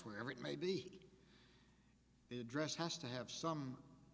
wherever it may be the address has to have some